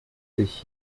sich